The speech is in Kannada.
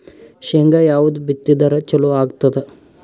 ಶೇಂಗಾ ಯಾವದ್ ಬಿತ್ತಿದರ ಚಲೋ ಆಗತದ?